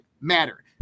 matter